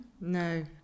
No